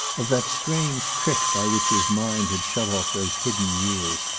of that strange trick by which his mind had shut off those hidden years.